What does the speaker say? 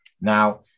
now